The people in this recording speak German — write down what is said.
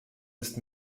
ist